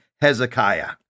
Hezekiah